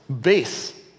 base